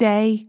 Day